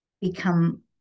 become